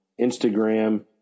Instagram